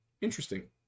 Interesting